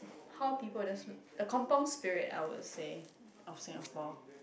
how people just the kampung Spirit I would say of Singapore